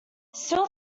still